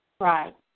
Right